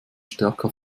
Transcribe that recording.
stärker